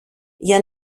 για